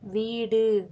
வீடு